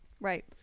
Right